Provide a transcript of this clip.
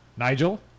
Nigel